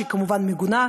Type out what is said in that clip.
שהיא כמובן מגונה,